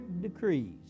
decrees